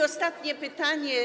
Ostatnie pytanie.